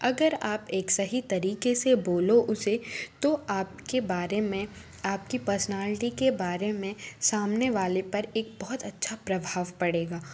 अगर आप एक सही तरीके से बोलो उसे तो आपके बारे में आपकी पर्सनालिटी के बारे में सामने वाले पर एक बहुत अच्छा प्रभाव पड़ेगा